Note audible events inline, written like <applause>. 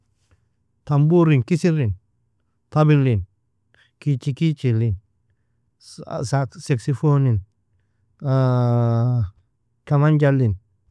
Tanborin, kisirin, tablin, kichikichilin, <hesitation> seksefonin, <hesitation> kamanjalin.